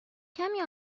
کمی